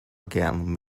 again